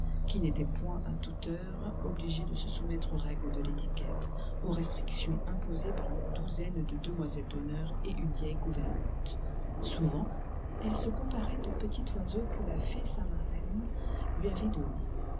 qui n'étaient point à toute heure obligés de se soumettre aux règles de l'étiquelte aux restrictions imposées par une douzaine de demoiselles d'honneur et une vieille gouvernante souvent elle se comparait au petit oiseau que la fée sa marraine lui avait donné